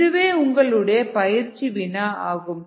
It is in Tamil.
இதுவே உங்களுடைய பயிற்சி வினா ஆகும்